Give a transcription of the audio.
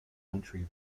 country